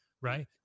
right